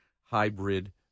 hybrid